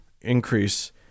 increase